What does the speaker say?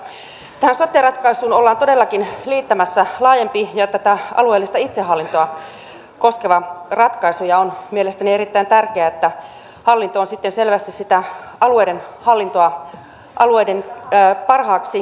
mutta tähän sote ratkaisuun ollaan todellakin liittämässä laajempi tätä alueellista itsehallintoa koskeva ratkaisu ja on mielestäni erittäin tärkeää että hallinto on sitten selvästi sitä alueiden hallintoa alueiden parhaaksi